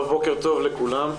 בוקר טוב לכולם.